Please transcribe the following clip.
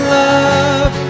love